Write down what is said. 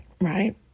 right